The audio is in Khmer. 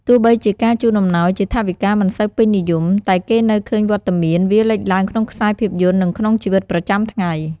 ទោះបីជាការជូនអំណោយជាថវិកាមិនសូវពេញនិយម តែគេនៅឃើញវត្តមានវាលេចឡើងក្នុងខ្សែភាពយន្ត និងក្នុងជីវិតប្រចាំថ្ងៃ។